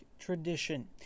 tradition